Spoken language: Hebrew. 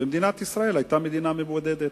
ומדינת ישראל היתה מדינה מבודדת.